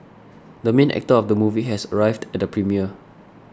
the main actor of the movie has arrived at the premiere